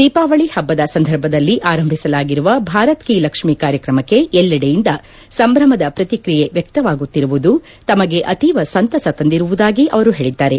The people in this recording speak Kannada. ದೀಪಾವಳಿ ಹಬ್ಬದ ಸಂದರ್ಭದಲ್ಲಿ ಆರಂಭಿಸಲಾಗಿರುವ ಭಾರತ್ ಕಿ ಲಕ್ಷ್ಮಿ ಕಾರ್ಯಕ್ರಮಕ್ಕೆ ಎಲ್ಲೆಡೆಯಿಂದ ಸಂಭ್ರಮದ ಪ್ರತಿಕ್ರಿಯೆ ವ್ಯಕ್ತವಾಗುತ್ತಿರುವುದು ತಮಗೆ ಅತೀವ ಸಂತಸ ತಂದಿರುವುದಾಗಿ ಅವರು ಹೇಳಿದ್ದಾರೆ